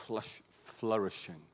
flourishing